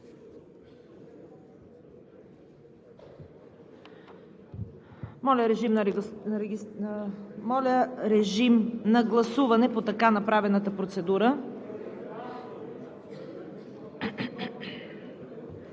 Моля, режим на гласуване по така направената процедура.